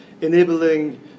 enabling